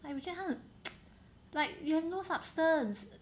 !aiya! 我觉得他很 like you have no substance